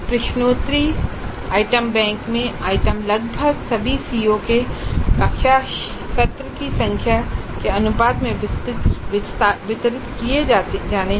प्रश्नोत्तरी item bank में item लगभग सभी सीओ में कक्षा सत्र की संख्या के अनुपात में वितरित किए जाने हैं